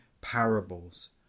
parables